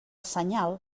senyal